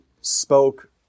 spoke